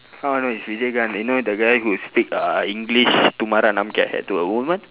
how I know is vijayakanth you know the guy who speak uh english to tumhara naam kya hai to a woman